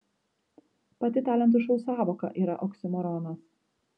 pati talentų šou sąvoka yra oksimoronas